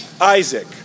Isaac